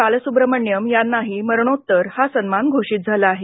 बालसुब्रमण्यम यांनाही मरणोत्तर हा सन्मान घोषित झाला आहे